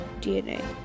DNA